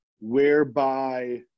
whereby